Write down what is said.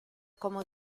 como